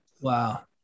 Wow